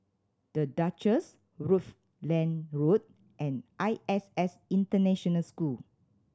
The Duchess Rutland Road and I S S International School